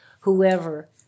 whoever